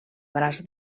braç